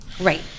Right